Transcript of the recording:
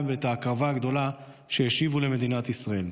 ואת ההקרבה הגדולה שלהם למדינת ישראל.